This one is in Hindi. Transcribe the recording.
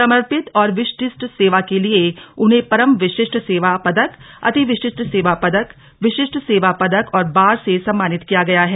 समर्पित और विशिष्ट सेवा के लिए उन्हें परम विशिष्ट सेवा पदक अति विशिष्ट सेवा पदक विशिष्ट सेवा पदक और बार से सम्मानित किया गया है